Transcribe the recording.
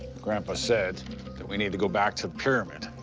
grandpa said that we need to go back to the pyramid.